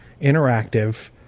Interactive